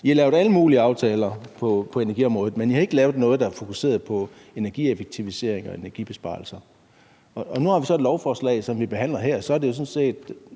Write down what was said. blevet lavet alle mulige aftaler på energiområdet, men at der ikke er blevet lavet noget, der har fokuseret på energieffektiviseringer og energibesparelser. Nu har vi så et lovforslag, som vi behandler her. Så er det jo nok